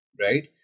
right